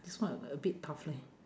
this one a a bit tough leh